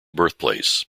birthplace